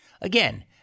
Again